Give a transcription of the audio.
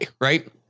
Right